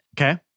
Okay